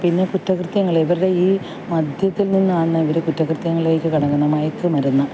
പിന്നെ കുറ്റകൃത്യങ്ങൾ ഇവരുടെ ഈ മദ്യത്തിൽ നിന്നാണ് ഇവർ കുറ്റകൃത്യങ്ങളിലേക്ക് കടക്കുന്നത് മയക്കുമരുന്ന്